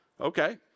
Okay